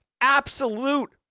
absolute